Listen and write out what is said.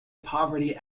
poverty